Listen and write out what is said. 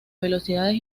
velocidades